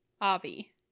Avi